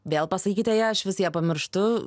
vėl pasakykite ją aš vis ją pamirštu